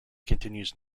continues